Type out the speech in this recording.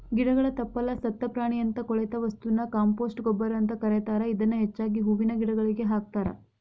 ಗಿಡಗಳ ತಪ್ಪಲ, ಸತ್ತ ಪ್ರಾಣಿಯಂತ ಕೊಳೆತ ವಸ್ತುನ ಕಾಂಪೋಸ್ಟ್ ಗೊಬ್ಬರ ಅಂತ ಕರೇತಾರ, ಇದನ್ನ ಹೆಚ್ಚಾಗಿ ಹೂವಿನ ಗಿಡಗಳಿಗೆ ಹಾಕ್ತಾರ